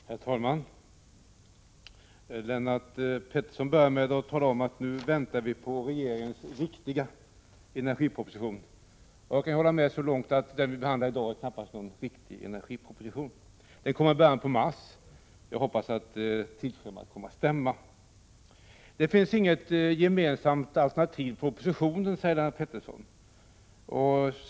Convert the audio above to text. Herr talman! Lennart Pettersson började med att tala om att vi nu väntar på regeringens riktiga energiproposition. Jag kan hålla med så långt som att den proposition vi i dag behandlar knappast är någon riktig energiproposition. Regeringens proposition kommer i början av mars. Jag hoppas att tidsschemat kommer att hållas. Det finns inget gemensamt alternativ från oppositionen, säger Lennart Pettersson.